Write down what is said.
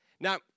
Now